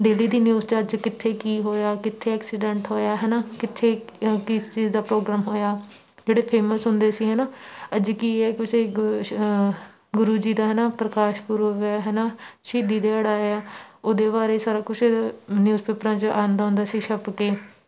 daily ਦੀ news 'ਚ ਅੱਜ ਕਿੱਥੇ ਕੀ ਹੋਇਆ ਕਿੱਥੇ ਐਕਸੀਡੈਂਟ ਹੋਇਆ ਹੈ ਨਾ ਕਿੱਥੇ ਕਿਸ ਚੀਜ਼ ਦਾ ਪ੍ਰੋਗਰਾਮ ਹੋਇਆ ਜਿਹੜੇ ਫੇਮਸ ਹੁੰਦੇ ਸੀ ਹੈ ਨਾ ਅੱਜ ਕੀ ਹੈ ਕਿਸੇ ਗੁ ਸ ਗੁਰੂ ਜੀ ਦਾ ਹੈ ਨਾ ਪ੍ਰਕਾਸ਼ ਪੁਰਬ ਹੈ ਹੈ ਨਾ ਸ਼ਹੀਦੀ ਦਿਹਾੜਾ ਹੈ ਉਹਦੇ ਬਾਰੇ ਸਾਰਾ ਕੁਛ ਨਿਊਜ਼ ਪੇਪਰਾਂ 'ਚ ਆਉਂਦਾ ਹੁੰਦਾ ਸੀ ਛਪ ਕੇ